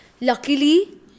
luckily